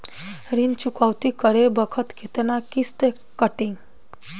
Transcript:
ऋण चुकौती करे बखत केतना किस्त कटी?